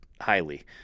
highly